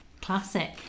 Classic